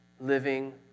living